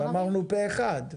הצבעה בעד,